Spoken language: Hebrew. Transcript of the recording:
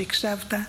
שהקשבת,